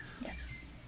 Yes